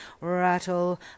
rattle